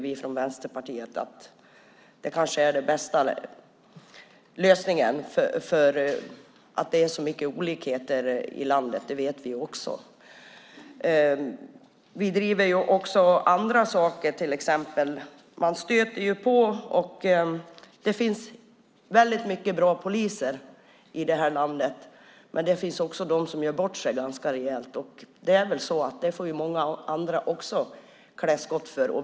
Vi i Vänsterpartiet tror att det kanske är den bästa lösningen, därför att vi vet att det är så mycket olikheter i landet. Det finns väldigt många bra poliser i det här landet. Men det finns också de som gör bort sig ganska rejält, och det får många andra också klä skott för.